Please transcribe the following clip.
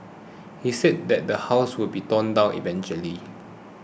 he said that the house will be torn down eventually